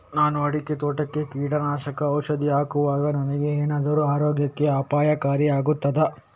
ನಾನು ಅಡಿಕೆ ತೋಟಕ್ಕೆ ಕೀಟನಾಶಕ ಔಷಧಿ ಹಾಕುವಾಗ ನನಗೆ ಏನಾದರೂ ಆರೋಗ್ಯಕ್ಕೆ ಅಪಾಯಕಾರಿ ಆಗುತ್ತದಾ?